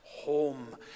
home